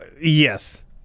yes